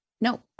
No